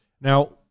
Now